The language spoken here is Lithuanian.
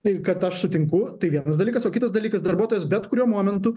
tai kad aš sutinku tai vienas dalykas o kitas dalykas darbuotojas bet kuriuo momentu